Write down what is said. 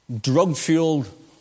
drug-fueled